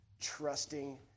trusting